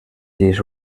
lleis